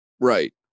Right